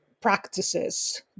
practices